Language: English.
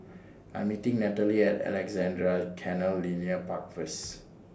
I'm meeting Natalie At Alexandra Canal Linear Park First